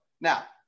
Now